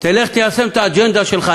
תלך תיישם את האג'נדה שלך.